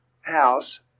house